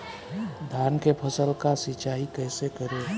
धान के फसल का सिंचाई कैसे करे?